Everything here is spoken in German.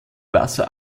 wasser